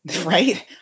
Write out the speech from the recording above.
right